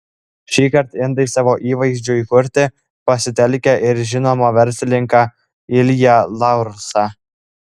šįkart indai savo įvaizdžiui kurti pasitelkė ir žinomą verslininką ilją laursą